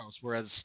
whereas